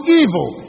evil